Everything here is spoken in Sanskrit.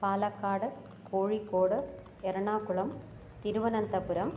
पालक्काड् कोयिक्कोड् एर्णाकुलं तिरुवनन्तपुरम्